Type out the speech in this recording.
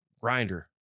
grinder